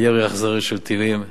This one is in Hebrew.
בירי אכזרי של טילים,